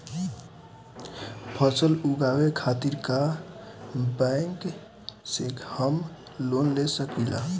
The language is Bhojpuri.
फसल उगावे खतिर का बैंक से हम लोन ले सकीला?